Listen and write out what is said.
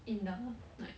in a like